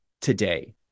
today